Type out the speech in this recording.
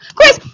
Chris